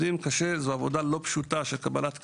זו עבודה לא פשוטה של קבלת קהל.